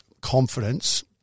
confidence –